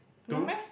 no meh